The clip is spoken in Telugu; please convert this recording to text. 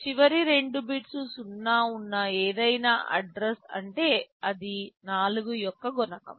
చివరి రెండు బిట్స్ 0 ఉన్న ఏదైనా అడ్రస్ అంటే అది 4 యొక్క గుణకం